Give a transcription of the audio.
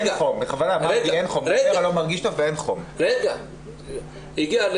כשאני הולך ל-א.ק.ג,